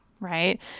right